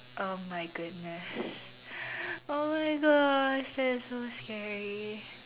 oh my goodness oh my gosh that's so scary